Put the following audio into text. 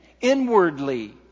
Inwardly